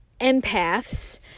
empaths